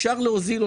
אפשר להוזיל אותם.